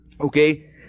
okay